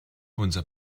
unser